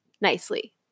nicely